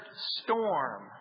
Storm